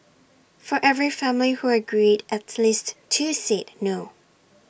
for every family who agreed at least two said no